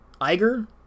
Iger